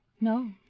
No